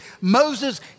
Moses